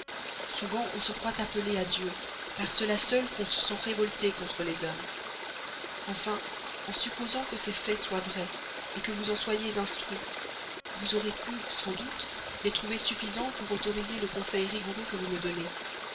souvent on se croit appelée à dieu par cela seul qu'on se sent révoltée contre les hommes enfin en supposant que ces faits soient vrais que vous en soyez instruite vous aurez pu sans doute les trouver suffisants pour autoriser le conseil rigoureux que vous me donnez